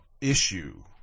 issue